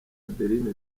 adeline